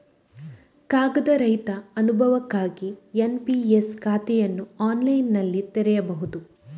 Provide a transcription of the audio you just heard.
ಕಾಗದ ರಹಿತ ಅನುಭವಕ್ಕಾಗಿ ಎನ್.ಪಿ.ಎಸ್ ಖಾತೆಯನ್ನು ಆನ್ಲೈನಿನಲ್ಲಿ ತೆರೆಯಬಹುದು